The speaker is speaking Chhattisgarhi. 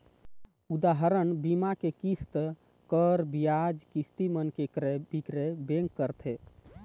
उदाहरन, बीमा के किस्त, कर, बियाज, किस्ती मन के क्रय बिक्रय बेंक करथे